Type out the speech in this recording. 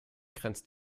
grenzt